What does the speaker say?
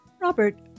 Robert